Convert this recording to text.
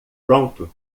pronto